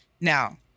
Now